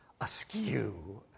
askew